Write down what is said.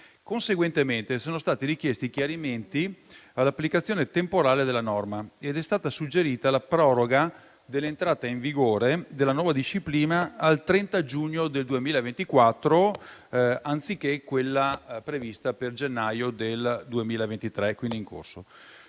Conseguentemente, sono stati richiesti chiarimenti all'applicazione temporale della norma ed è stata suggerita la proroga dell'entrata in vigore della nuova disciplina al 30 giugno 2024, anziché quella prevista per il gennaio del 2023 e quindi in corso.